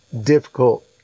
difficult